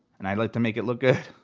and i like to make it look good.